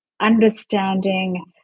understanding